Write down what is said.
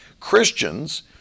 Christians